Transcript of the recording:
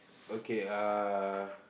okay uh